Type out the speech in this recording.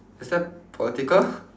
is that political